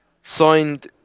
signed